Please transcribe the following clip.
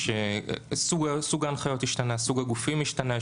סוג ההנחיות השתנה, סוג הגופים השתנה.